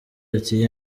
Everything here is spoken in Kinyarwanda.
ati